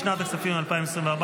לשנת הכספים 2024,